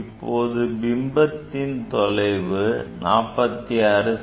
இப்போது பிம்பத்தின் தொலைவு 46 செ